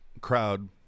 crowd